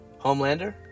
Homelander